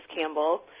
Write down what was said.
Campbell